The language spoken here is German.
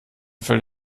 fällt